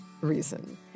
reason